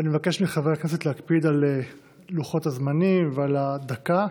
אני מבקש מחברי הכנסת להקפיד על לוחות הזמנים ועל הדקה.